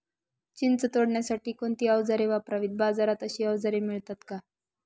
चिंच तोडण्यासाठी कोणती औजारे वापरावीत? बाजारात अशी औजारे मिळतात का?